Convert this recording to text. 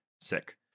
sick